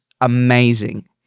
Amazing